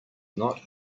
not